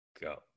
go